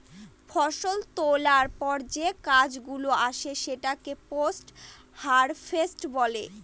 ফষল তোলার পর যে কাজ গুলো আসে সেটাকে পোস্ট হারভেস্ট বলে